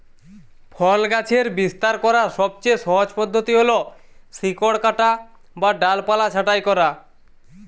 ফল গাছের বিস্তার করার সবচেয়ে সহজ পদ্ধতি হল শিকড় কাটা বা ডালপালা ছাঁটাই করা